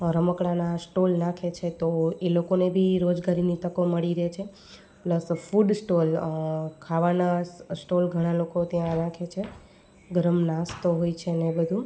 રમકડાંના stall નાખે છે તો એ લોકોને બી રોજગારીની તકો મળી રહે છે પ્લસ ફૂડ સ્ટોલ ખાવાના સ્ટોલ ઘણા લોકો ત્યાં રાખે છે ગરમ નાસ્તો હોય છે ને એ બધું